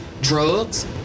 drugs